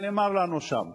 ונאמר לנו שם,